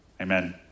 Amen